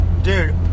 dude